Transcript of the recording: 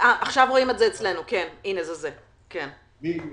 נדלג